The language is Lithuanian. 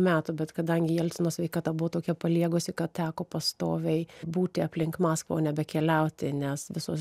metų bet kadangi jelcino sveikata buvo tokia paliegusi kad teko pastoviai būti aplink maskvą nebekeliauti nes visos